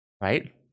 Right